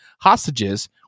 hostages